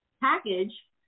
package